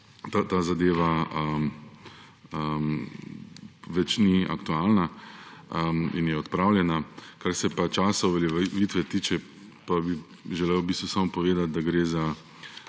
ta zadeva več ni aktualna in je odpravljena. Kar se pa časa uveljavitve tiče, pa bi želel v bistvu samo povedati, da bi